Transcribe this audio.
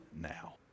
now